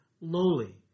lowly